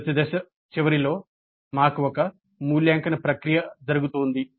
ప్రతి దశ చివరిలో మాకు ఒక మూల్యాంకన ప్రక్రియ జరుగుతోంది